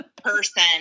person